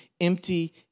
empty